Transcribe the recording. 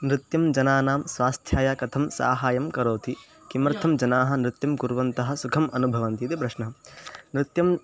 नृत्यं जनानां स्वास्थ्याय कथं साहाय्यं करोति किमर्थं जनाः नृत्यं कुर्वन्तः सुखम् अनुभवन्ति इति प्रश्नः नृत्यं